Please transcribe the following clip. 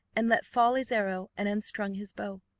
and let fall his arrow and unstrung his bow.